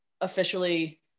officially